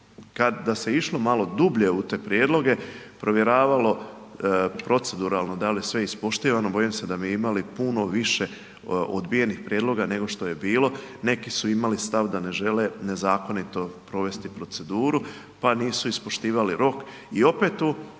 Da se išlo malo dublje u te prijedloge provjeravalo proceduralno da li je sve ispoštivano, bojim se da bi imali puno više odbijenih prijedloga nego što je bilo. Neki su imali stav da ne žele nezakonito provesti proceduru, pa nisu ispoštivali rok i opet tu rok nije